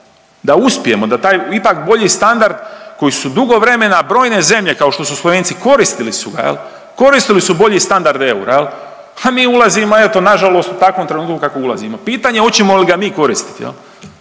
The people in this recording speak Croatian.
da uspijemo da taj ipak bolji standard koji su dugo vremena brojne zemlje kao što su Slovenci koristili su ga jel, koristili su bolji standard eura jel, a mi ulazimo eto nažalost u takvom trenutku u kakvom ulazimo, pitanje hoćemo ga mi koristiti